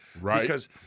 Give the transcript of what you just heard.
Right